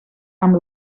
amb